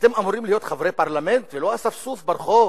אתם אמורים להיות חברי פרלמנט ולא אספסוף ברחוב,